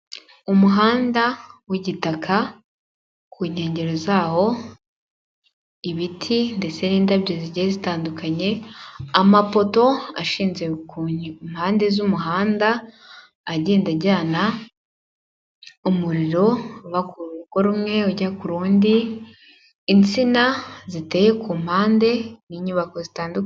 Umuhanda w'igitaka ku nkengero zawo ibiti ndetse n'indabyo zigiye zitandukanye, amapoto ashinze ku mpande z'umuhanda, agenda ajyana umuriro uva ku rugo rumwe ujya ku rundi, insina ziteye ku mpande n'inyubako zitandukanye.